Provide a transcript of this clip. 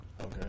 okay